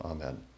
Amen